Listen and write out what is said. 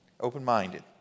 open-minded